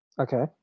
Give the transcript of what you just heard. Okay